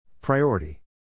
Priority